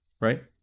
right